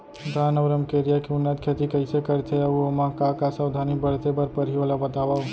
धान अऊ रमकेरिया के उन्नत खेती कइसे करथे अऊ ओमा का का सावधानी बरते बर परहि ओला बतावव?